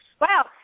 Wow